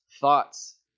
thoughts